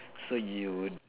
so you were